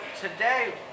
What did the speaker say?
today